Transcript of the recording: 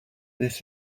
this